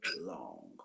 long